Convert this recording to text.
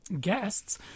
guests